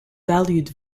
valued